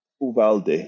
Uvalde